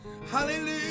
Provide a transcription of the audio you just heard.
Hallelujah